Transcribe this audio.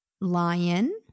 lion